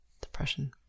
depression